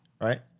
right